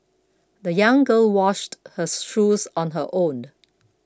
the young girl washed her shoes on her own